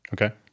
Okay